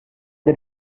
the